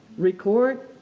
record,